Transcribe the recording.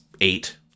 eight